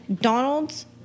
Donald's